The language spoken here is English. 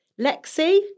Lexi